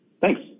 Thanks